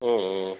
ம் ம்